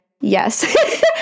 Yes